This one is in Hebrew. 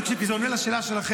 תקשיב כי זה עונה לשאלה שלכם,